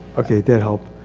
okay that helped.